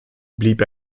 blieb